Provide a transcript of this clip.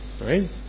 right